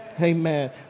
Amen